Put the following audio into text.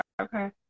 Okay